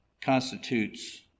constitutes